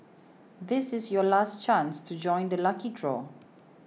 this is your last chance to join the lucky draw